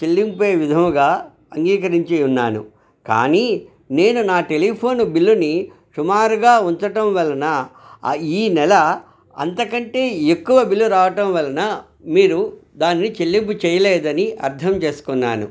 చెల్లించే విధముగా అంగీకరించి ఉన్నాను కానీ నేను నా టెలిఫోను బిల్లుని సుమారుగా ఉంచటం వలన ఈ నెల అంతకంటే ఎక్కువ బిల్లు రావటం వలన మీరు దాన్ని చెల్లింపు చెయ్యలేదని అర్థం చేస్కున్నాను